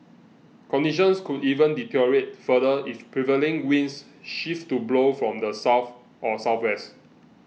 conditions could even deteriorate further if prevailing winds shift to blow from the south or southwest